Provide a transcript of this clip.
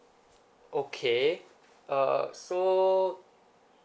okay uh so